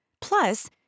Plus